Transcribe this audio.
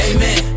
Amen